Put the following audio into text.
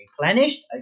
Replenished